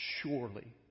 surely